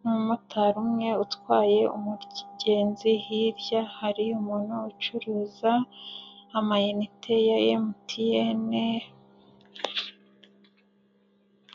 n'umumotari umwe utwaye umugenzi, hirya hari umuntu ucuruza amayinite ya MTN.